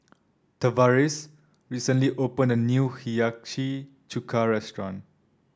tavaris recently opened a new Hiyashi Chuka restaurant